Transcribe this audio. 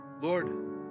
Lord